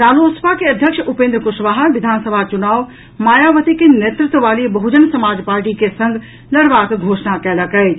रालोसपा के अध्यक्ष उपेन्द्र कुशवाहा विधानसभा चुनाव मायावती के नेतृत्व वाली बहुजन समाज पार्टी के संग लड़बाक घोषणा कयलक अछि